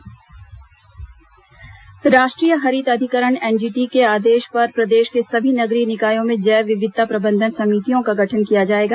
NGT जैव विविधता राष्ट्रीय हरित अधिकरण एनजीटी के आदेश पर प्रदेश के सभी नगरीय निकायों में जैव विविधता प्रबंधन समितियों का गठन किया जाएगा